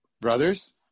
brothers